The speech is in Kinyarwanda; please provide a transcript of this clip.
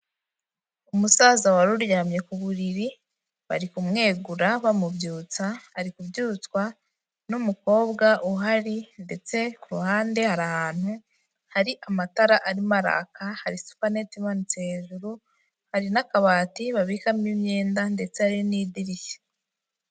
Umusaza wari uryamye ku buriri, bari kumwegura bamubyutsa, ari kubyutswa n'umukobwa uhari, ndetse ku ruhande hari ahantu hari amatara arimo araka, hari supaneti imanitse hejuru, hari n'akabati babikamo imyenda ndetse n'idirishya.